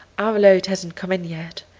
our load hasn't come in yet.